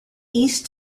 east